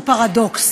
פרדוקס.